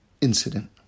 incident